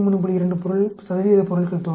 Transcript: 2 பொருள்கள் தோல்வியடையும்